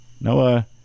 Noah